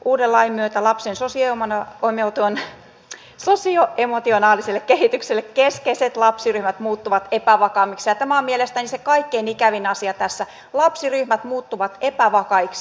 uuden lain myötä lapsen sosioemotionaaliselle kehitykselle keskeiset lapsiryhmät muuttuvat epävakaammiksi ja tämä on mielestäni se kaikkein ikävin asia tässä lapsiryhmät muuttuvat epävakaiksi